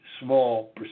small